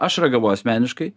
aš ragavau asmeniškai